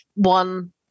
One